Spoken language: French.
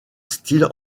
style